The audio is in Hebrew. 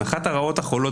אחת הרעות החולות,